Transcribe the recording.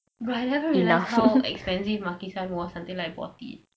but I never realise how expensive Maki-San was until I bought it